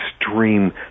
extreme